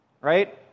right